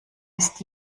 ist